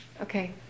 Okay